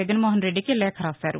జగన్మోహన్ రెడ్డికి లేఖ రాశారు